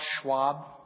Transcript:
Schwab